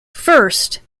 first